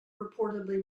reportedly